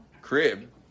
Crib